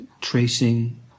tracing